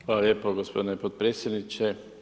Hvala lijepo gospodine potpredsjedniče.